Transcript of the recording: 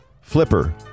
Flipper